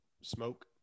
smoke